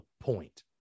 point